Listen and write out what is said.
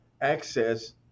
access